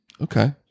Okay